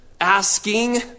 asking